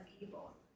evil